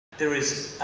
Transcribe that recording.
there is,